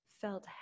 felt